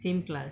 same class